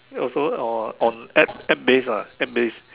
also on on App App based ah based